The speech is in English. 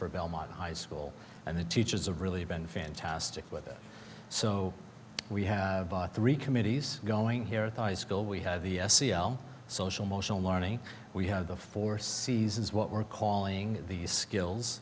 for belmont high school and the teachers are really been fantastic with it so we have bought three committees going here at the high school we have the s c l social motional learning we have the four seasons what we're calling these skills